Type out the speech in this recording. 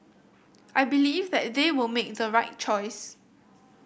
I believe that they will make the right choice